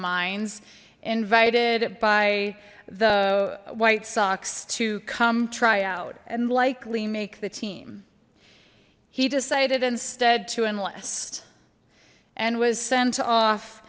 mines invited by the white sox to come tryout and likely make the team he decided instead to enlist and was sent off